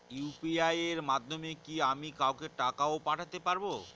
UPI এর মাধ্যমে কি আমি কাউকে টাকা ও পাঠাতে পারবো?